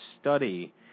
study